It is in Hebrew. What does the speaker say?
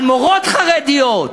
על מורות חרדיות,